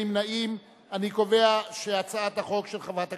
ובכינויים בעלי זיקה לשואה או לנאציזם,